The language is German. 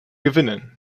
gewinnen